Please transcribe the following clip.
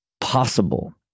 possible